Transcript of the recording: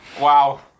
Wow